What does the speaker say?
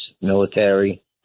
military